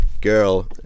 girl